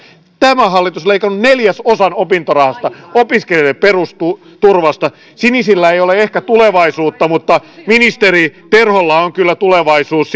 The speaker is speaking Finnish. tämä hallitus on leikannut neljäsosan opintorahasta opiskelijoiden perusturvasta sinisillä ei ole ehkä tulevaisuutta mutta ministeri terholla on kyllä tulevaisuus